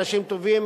אנשים טובים,